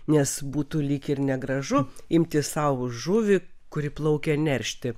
nes būtų lyg ir negražu imti sau žuvį kuri plaukia neršti